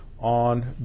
on